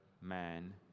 man